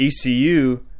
ecu